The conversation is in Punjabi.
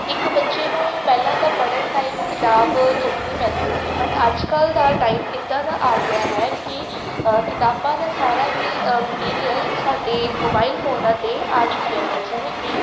ਇੱਕ ਬੱਚੇ ਨੂੰ ਪਹਿਲਾਂ ਤਾਂ ਪੜ੍ਹਨ ਟਾਈਮ ਕਿਤਾਬ ਚੱਕਣੀ ਪੈਂਦੀ ਸੀ ਬਟ ਅੱਜ ਕੱਲ੍ਹ ਦਾ ਟਾਈਮ ਇੱਦਾਂ ਦਾ ਆ ਗਿਆ ਹੈ ਕਿ ਅ ਕਿਤਾਬਾਂ ਦਾ ਸਾਰਾ ਹੀ ਅ ਮਟੀਰੀਅਲ ਸਾਡੇ ਮੋਬਾਇਲ ਫੋਨਾਂ 'ਤੇ ਆ ਚੁੱਕਿਆ ਹੈ ਜਿਵੇਂ ਕਿ